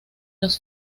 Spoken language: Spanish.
los